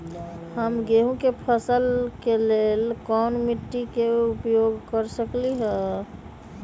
हम गेंहू के फसल के लेल कोन मिट्टी के उपयोग कर सकली ह?